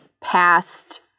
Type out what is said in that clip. past